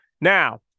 Now